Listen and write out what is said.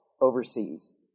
overseas